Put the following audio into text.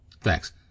Thanks